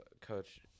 Coach